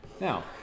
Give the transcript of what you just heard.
now